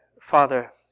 Father